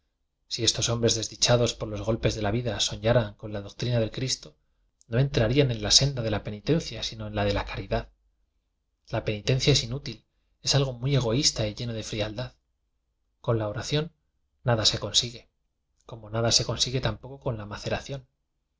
si estos hombres desdichados por los golpes de la vida so ñaran con la doctrina del cristo no entra rían en la senda de la penitencia sino en la de la caridad la penitencia es inútil es algo muy egoísta y lleno de frialdad con la oración nada se consigue como nada se consigue tampoco con la